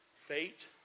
Fate